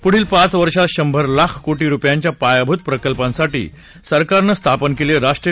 पुढील पाच वर्षांत शंभर लाख कोटी रूपयांच्या पायाभूत प्रकल्पांसाठी सरकारनं स्थापन केलं राष्ट्रीय